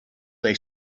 they